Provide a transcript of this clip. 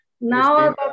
now